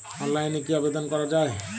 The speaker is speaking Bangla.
অনলাইনে কি আবেদন করা য়ায়?